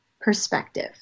perspective